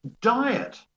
diet